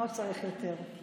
מה הוא צריך יותר.